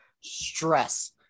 Stress